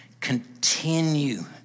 continue